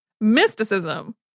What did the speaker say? Mysticism